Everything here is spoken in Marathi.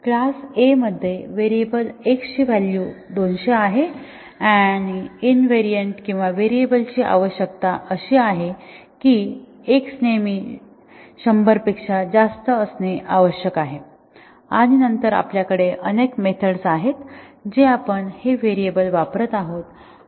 क्लास A मध्ये व्हेरिएबल x ची व्हॅल्यू 200 आहे आणि इन्व्हेरिएन्ट किंवा या व्हेरिएबलची आवश्यकता अशी आहे की x नेहमी 100 पेक्षा जास्त असणे आवश्यक आहे आणि नंतर आपल्याकडे येथे अनेक मेथड्स आहेत जेथे आपण हे व्हेरिएबल वापरत आहोत